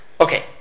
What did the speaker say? Okay